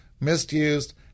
misused